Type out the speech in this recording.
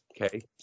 okay